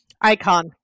Icon